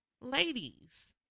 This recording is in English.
Ladies